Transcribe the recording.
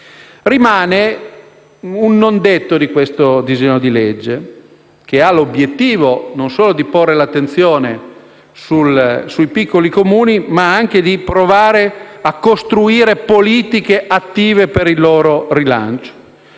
Rimane un non detto di questo disegno di legge, che ha l'obiettivo non solo di porre l'attenzione sui piccoli Comuni, ma anche di provare a costruire politiche attive per il loro rilancio.